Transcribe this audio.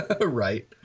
right